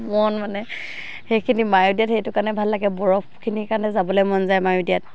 মন মানে সেইখিনি মায়'দিয়াত সেইটো কাৰণে ভাল লাগে বৰফখিনিৰ কাৰণে যাবলৈ মন যায় মায়'দিয়াত